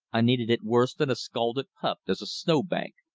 i needed it worse than a scalded pup does a snow bank.